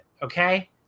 Okay